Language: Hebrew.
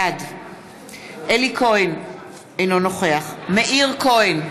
בעד אלי כהן, אינו נוכח מאיר כהן,